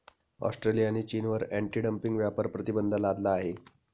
ऑस्ट्रेलियाने चीनवर anti dumping व्यापार प्रतिबंध लादला आहे